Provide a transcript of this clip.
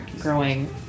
growing